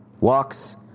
walks